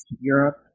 Europe